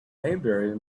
maybury